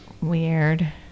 Weird